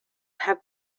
have